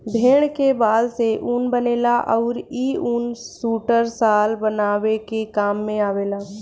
भेड़ के बाल से ऊन बनेला अउरी इ ऊन सुइटर, शाल बनावे के काम में आवेला